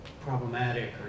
problematic